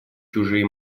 чужие